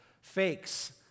fakes